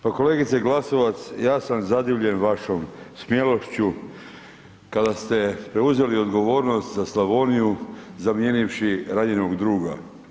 Pa kolegice Glasovac ja sam zadivljen vašom smjelošću kada ste preuzeli odgovornost za Slavoniju zamijenivši ranjenog druga.